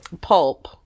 pulp